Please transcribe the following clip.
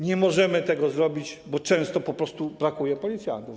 Nie możemy tego zrobić, bo często po prostu brakuje policjantów.